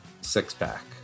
six-pack